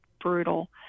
brutal